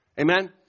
Amen